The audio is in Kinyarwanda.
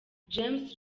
james